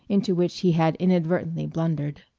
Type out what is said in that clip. into which he had inadvertently blundered.